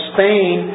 Spain